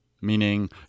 meaning